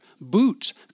boots